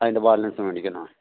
അതിൻ്റെ ബാലൻസ് മേടിക്കണോ